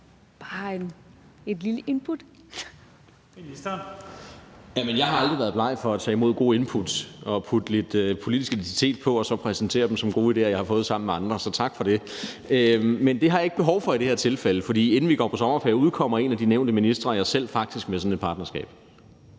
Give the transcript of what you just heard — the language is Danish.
bare et lille input.